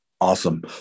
Awesome